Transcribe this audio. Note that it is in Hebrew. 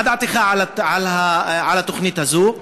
מה דעתך על התוכנית הזו?